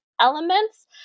elements